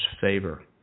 Favor